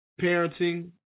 parenting